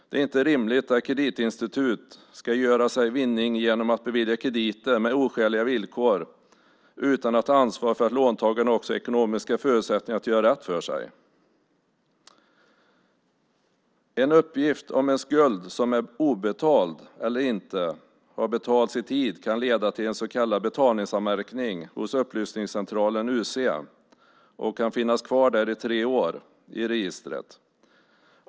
Det är inte rimligt att kreditinstitut ska göra sig vinning genom att bevilja krediter med oskäliga villkor utan att ta ansvar för att låntagarna har ekonomiska förutsättningar att göra rätt för sig. En uppgift om en skuld som är obetald eller inte har betalats i tid kan leda till en så kallad betalningsanmärkning hos Upplysningscentralen, UC, och kan finnas kvar i registret i tre år.